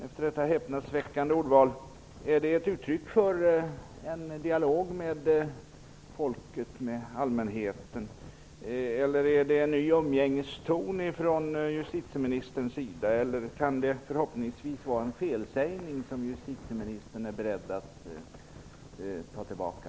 Efter detta häpnadsväckande ordval vill jag fråga justitieministern om det är ett uttryck för en dialog med folket, allmänheten. Eller är det en ny umgängeston från justitieministerns sida? Förhoppningsvis var det en felsägning som justitieministern är beredd att ta tillbaka.